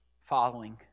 following